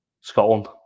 Scotland